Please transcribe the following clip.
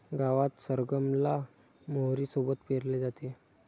गावात सरगम ला मोहरी सोबत पेरले जाते